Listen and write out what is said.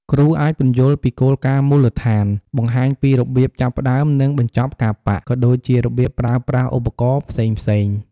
គ្រូអាចពន្យល់ពីគោលការណ៍មូលដ្ឋាន បង្ហាញពីរបៀបចាប់ផ្ដើម និងបញ្ចប់ការប៉ាក់ ក៏ដូចជារបៀបប្រើប្រាស់ឧបករណ៍ផ្សេងៗ។